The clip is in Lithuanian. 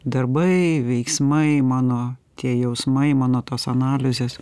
darbai veiksmai mano tie jausmai mano tos analizės